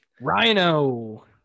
Rhino